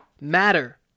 matter